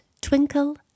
twinkle